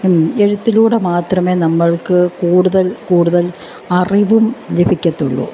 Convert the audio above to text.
എഴുത്തിലൂടെ മാത്രമേ നമ്മൾക്ക് കൂടുതൽ കൂടുതൽ അറിവും ലഭിക്കുകയുള്ളൂ